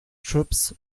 troops